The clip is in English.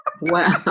Wow